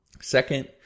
Second